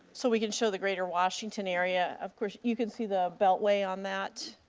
so we can show the greater washington area. of course you can see the beltway on that.